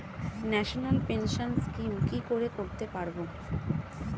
National pension scheme কি করে করতে পারব?